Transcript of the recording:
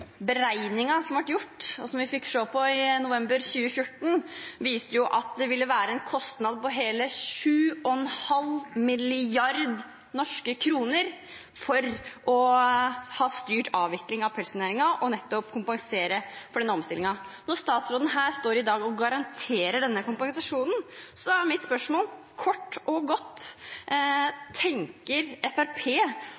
som ble gjort, og som vi fikk se på i november 2014, viste jo at det ville være en kostnad på hele 7,5 mrd. norske kroner for å ha en styrt avvikling av pelsdyrnæringa og kompensere for omstillingen. Når statsråden står her i dag og garanterer denne kompensasjonen, er mitt spørsmål kort og godt: